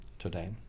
today